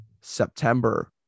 September